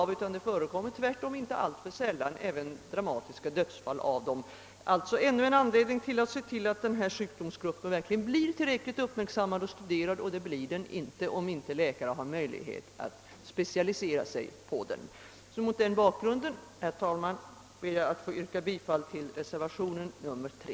Tvärtom förekommer det inte så sällan dramatiska dödsfall. Detta är ännu en anledning att se till att denna sjukdomsgrupp blir tillräckligt uppmärksammad och studerad, och det blir den inte om inte läkaren har möjlighet att specialisera sig på den. Mot denna bakgrund ber jag, herr talman, att ännu en gång få yrka bifall till reservationen 3.